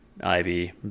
Ivy